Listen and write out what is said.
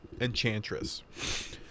Enchantress